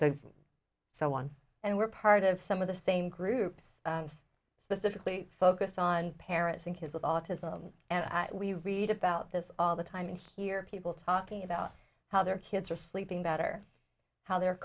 balance so on and we're part of some of the same groups specifically focused on parents and kids with autism and we read about this all the time and hear people talking about how their kids are sleeping better how they're